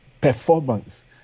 performance